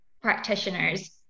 Practitioners